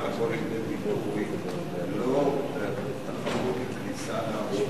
אולי ההעדפה צריכה לבוא לידי ביטוי לא בתחרות לכניסה לעבודה,